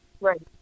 Right